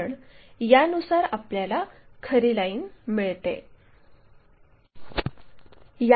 कारण यानुसार आपल्याला खरी लाईन मिळते